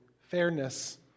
fairness